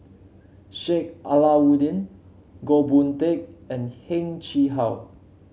Sheik Alau'ddin Goh Boon Teck and Heng Chee How